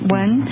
one